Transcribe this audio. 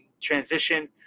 transition